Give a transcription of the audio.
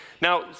Now